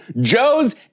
Joe's